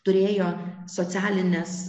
turėjo socialinės